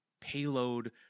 payload